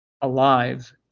alive